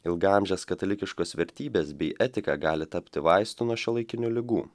ilgaamžės katalikiškos vertybės bei etika gali tapti vaistu nuo šiuolaikinių ligų